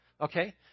okay